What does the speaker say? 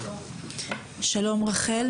שלום רחל.